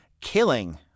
killing